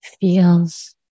feels